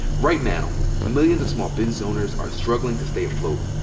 right now, millions of small business owners are struggling to stay afloat.